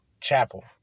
Chapel